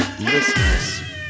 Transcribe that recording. listeners